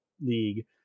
league